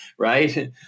right